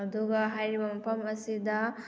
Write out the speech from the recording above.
ꯑꯗꯨꯒ ꯍꯥꯏꯔꯤꯕ ꯃꯐꯝ ꯑꯁꯤꯗ